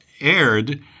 aired